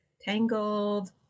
tangled